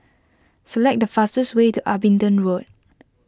select the fastest way to Abingdon Road